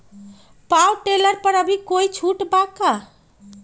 Power tiller पर अभी कोई छुट बा का?